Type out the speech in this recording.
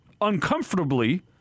uncomfortably